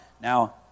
now